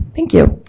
thank you.